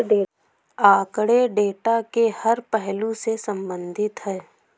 आंकड़े डेटा के हर पहलू से संबंधित है